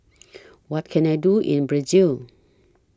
What Can I Do in Brazil